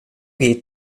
hit